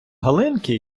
галинки